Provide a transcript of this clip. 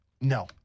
No